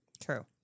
True